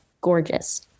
gorgeous